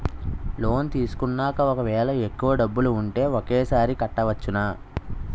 Loan తీసుకున్నాక ఒకవేళ ఎక్కువ డబ్బులు ఉంటే ఒకేసారి కట్టవచ్చున?